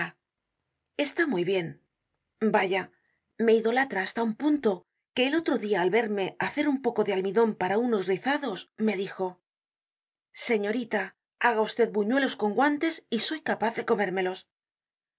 está muy bien vaya me idolatra hasta un punto que el otro dia al verme hacer un poco de almidon para unos rizados me dijo señorita haga usted buñue los con sus guantes y soy capaz de comérmelos